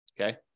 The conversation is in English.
Okay